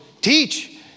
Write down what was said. teach